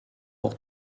pour